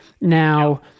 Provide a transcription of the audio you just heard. Now